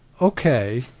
Okay